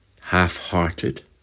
half-hearted